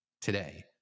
today